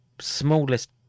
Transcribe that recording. smallest